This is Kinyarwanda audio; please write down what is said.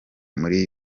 muri